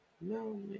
no